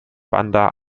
bandar